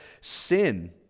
sin